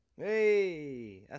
Hey